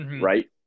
right